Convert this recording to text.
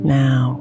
now